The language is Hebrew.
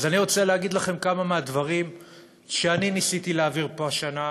אז אני רוצה להגיד לכם כמה מהדברים שניסיתי להעביר פה השנה,